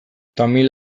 tamil